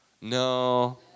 no